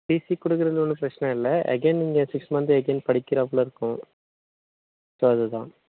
DC கொடுக்குறதுல ஒன்றும் பிரச்சனை இல்லை அகைன் இங்கே சிக்ஸ் மந்த் அகைன் படிக்கிறாப்புல இருக்கும் ஸோ அதுதான்